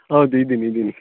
ಹೌದು ಇದ್ದೀನಿ ಇದ್ದೀನಿ